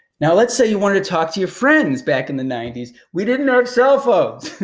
now lets say you wanted to talk to your friends back in the ninety s we didn't have cellphones.